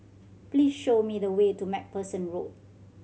please show me the way to Macpherson Road